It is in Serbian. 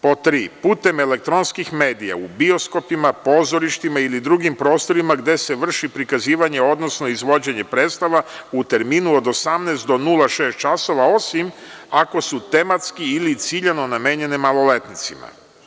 Pod tri, putem elektronskih medija, u bioskopima, pozorištima ili drugim prostorima gde se vrši prikazivanje, odnosno izvođenje predstava u terminu od 18 do 0,6 časova, osim ako su tematski ili ciljano namenjene maloletnicima.